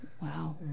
Wow